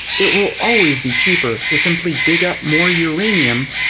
it will always be cheaper to simply dig up more uranium,